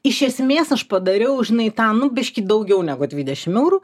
iš esmės aš padariau žinai tą nu biškį daugiau negu dvidešim eurų